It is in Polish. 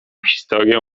historię